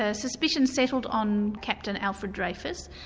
ah suspicions settled on captain alfred dreyfus,